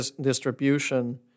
distribution